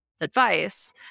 advice